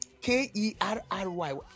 K-E-R-R-Y